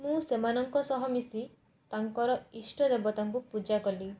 ମୁଁ ସେମାନଙ୍କ ସହ ମିଶି ତାଙ୍କର ଇଷ୍ଟ ଦେବତାଙ୍କୁ ପୂଜା କଲି